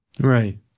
Right